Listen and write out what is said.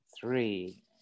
Three